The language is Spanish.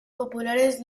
populares